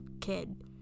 kid